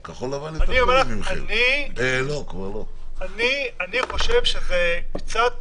אני אומר לך, אני חושב שזה קצת